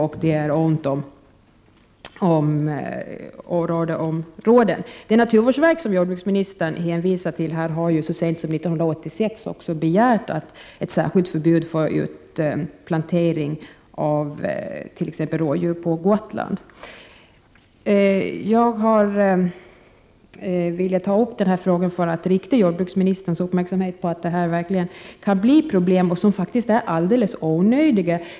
Det är också ont om orörda områden. Naturvårdsverket, som jordbruksministern hänvisar till, har så sent som 1986 begärt ett särskilt förbud mot utplantering av t.ex. rådjur på Gotland. Jag har velat ta upp den här frågan för att rikta jordbruksministerns uppmärksamhet på att det verkligen kan bli problem, som faktiskt är alldeles onödiga.